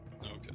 Okay